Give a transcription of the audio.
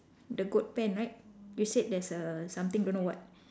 the goat pen right you said there's a something don't know what